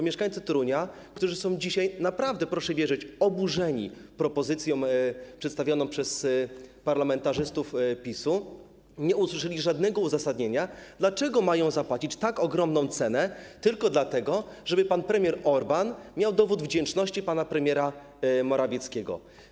Mieszkańcy Torunia, którzy są dzisiaj naprawdę, proszę wierzyć, oburzeni propozycją przedstawioną przez parlamentarzystów PiS-u, nie usłyszeli żadnego uzasadnienia, dlaczego mają zapłacić tak ogromną cenę i czy tylko dlatego, żeby pan premier Orbán miał dowód wdzięczności pana premiera Morawieckiego.